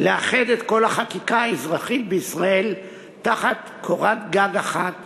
לאחד את כל החקיקה האזרחית בישראל תחת קורת גג אחת